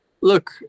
Look